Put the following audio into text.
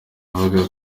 avuga